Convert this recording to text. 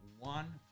one